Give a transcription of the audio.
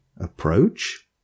approach